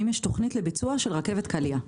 האם יש תוכנית לביצוע של רכבת קליע,